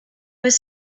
was